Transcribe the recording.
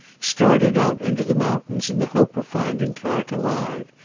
started out into the mountains in the hope of finding clark alive,